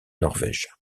norvège